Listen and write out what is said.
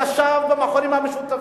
ישב במכונים המשותפים,